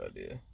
idea